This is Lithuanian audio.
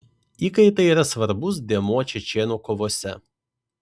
įkaitai yra svarbus dėmuo čečėnų kovose